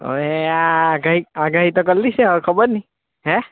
અરે આ આગાહી આગાહી તો કરી છે પછી ખબર નહીં હે